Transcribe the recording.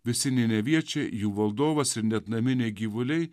visi neneviečiai jų valdovas ir net naminiai gyvuliai